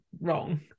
wrong